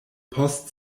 post